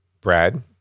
Brad